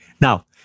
Now